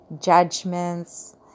judgments